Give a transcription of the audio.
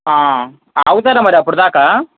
ఆగుతారా మరి అప్పటిదాకా